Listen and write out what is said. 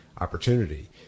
opportunity